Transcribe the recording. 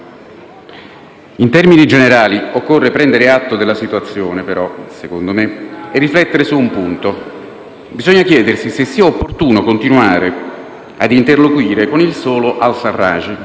In termini generali, però, occorre prendere atto della situazione, secondo me, e riflettere su un punto: bisogna chiedersi se sia opportuno continuare a interloquire con il solo al-Sarraj,